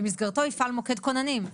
במסגרתו יפעל מוקד כוננים?